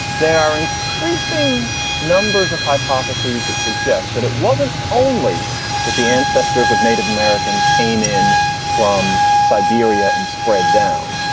there are increasing numbers of hypotheses that suggests that it wasn't only that the ancestors of native americans came in from siberia and spread down,